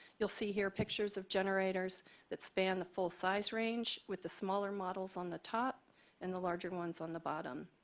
you'll see here pictures of generators that span the full size range with the smaller models on the top and the larger ones on the bottom.